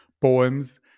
poems